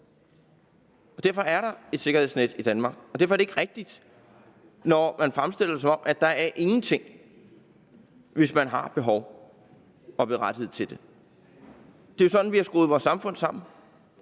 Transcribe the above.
derfor der et sikkerhedsnet i Danmark. Derfor er det ikke rigtigt, når man fremstiller det, som om der ingenting er, hvis folk har et behov og er berettiget til det. Det er jo sådan, vi har skruet vores samfund sammen,